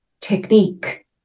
technique